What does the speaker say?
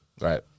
Right